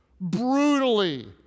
brutally